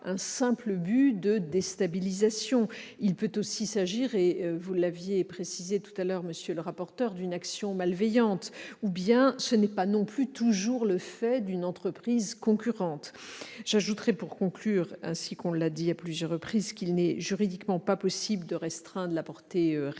un simple objectif de déstabilisation. Il peut aussi s'agir, comme vous l'avez précisé précédemment, monsieur le rapporteur, d'une action malveillante. En outre, ce n'est pas toujours non plus le fait d'une entreprise concurrente. Pour conclure, ainsi qu'on l'a dit à plusieurs reprises, il n'est juridiquement pas possible de restreindre la portée